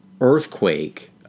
earthquake